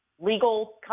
legal